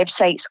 websites